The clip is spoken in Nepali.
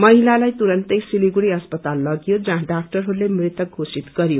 महिलालाई तुरन्तै सिलीगुडी अस्पताल लगियो जहाँ डाक्टरहरूले मृतक घोषित गर्यो